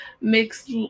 mixed